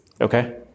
okay